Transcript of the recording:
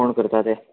कोण करता तें